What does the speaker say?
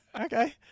okay